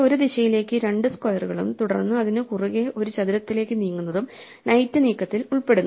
ഒരു ദിശയിലേക്ക് രണ്ട് സ്ക്വയറുകളും തുടർന്ന് അതിനു കുറുകെ ഒരു ചതുരത്തിലേക്ക് നീങ്ങുന്നതും നൈറ്റ് നീക്കത്തിൽ ഉൾപ്പെടുന്നു